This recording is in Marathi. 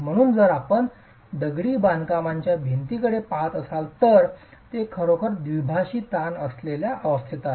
म्हणून जर आपण दगडी बांधकामाच्या भिंतीकडे पहात असाल तर ते खरोखर द्विभाषी ताण असलेल्या अवस्थेत आहे